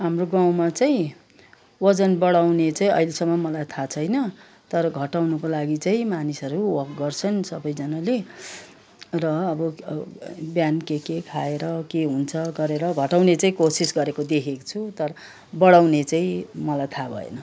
हाम्रो गाउँमा चाहिँ वजन बढाउने चाहिँ अहिलेसम्म मलाई थाहा छैन तर घटाउनुको लागि चाहिँ मानिसहरू वक गर्छन् सबैजनाले र अब बिहान के के खाएर के हुन्छ गरेर घटाउने चाहिँ कोसिस गरेको देखेको छु तर बढाउने चाहिँ मलाई थाहा भएन